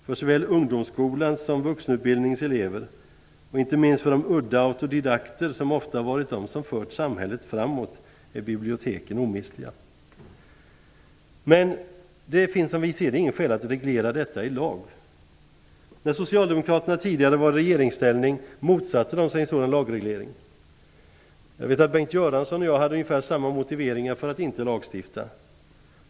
För såväl ungdomsskolans som vuxenutbildningens elever, och inte minst för de udda autodidakter som ofta har varit de som fört samhället framåt, är biblioteken omistliga. Det finns som vi ser det inget skäl att reglera detta i lag. När Socialdemokraterna tidigare var i regeringsställning motsatte de sig en sådan lagreglering. Jag vet att Bengt Göransson och jag hade ungefär samma motiveringar till att inte lagstifta.